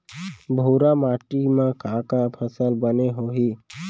भूरा माटी मा का का फसल बने होही?